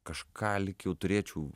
kažką lyg jau turėčiau